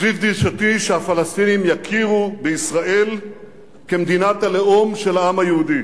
סביב דרישתי שהפלסטינים יכירו בישראל כמדינת הלאום של העם היהודי.